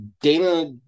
Dana